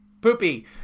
Poopy